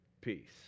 peace